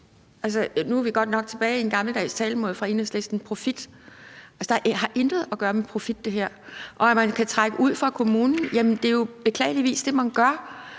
Nu er vi godt nok tilbage i en gammeldags talemåde fra Enhedslisten: »profit«. Det her har intet at gøre med profit. Og i forhold til at man kan trække noget ud fra kommunen, er det jo beklageligvis det, man gør,